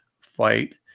fight